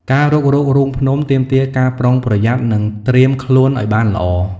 ការរុករករូងភ្នំទាមទារការប្រុងប្រយ័ត្ននិងការត្រៀមខ្លួនឱ្យបានល្អ។